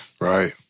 Right